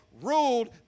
ruled